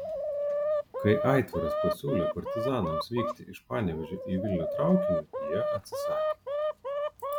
kai aitvaras pasiūlė partizanams vykti iš panevėžio į vilnių traukiniu jie atsisakė